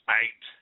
eight